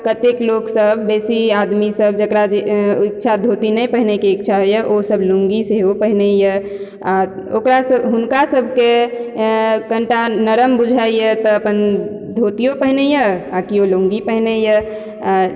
कतेक लोक सब बेसी आदमी सब जकरा जे इच्छा धोती नहि पहिरेके इच्छा होइया ओ सब लुँगी सेहो पहिनैया आ ओकरा सब हुनका सबके कनिटा नरम बुझाइया तऽ अपन धोतियो पहिरैया आ केओ लुँगी पहिरैया